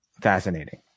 fascinating